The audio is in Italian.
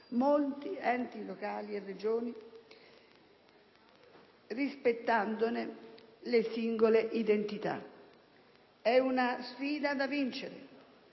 molti enti locali e Regioni, rispettandone le singole identità. È una sfida da vincere,